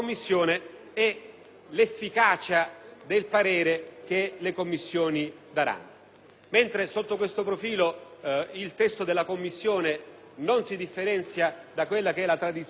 l'efficacia del parere che le Commissioni esprimeranno. Mentre sotto questo profilo il testo delle Commissioni riunite non si differenzia dalla tradizione dei pareri